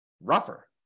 rougher